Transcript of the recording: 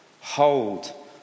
hold